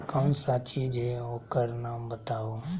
कौन सा चीज है ओकर नाम बताऊ?